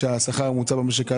שהשכר הממוצע במשק עלה.